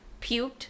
puked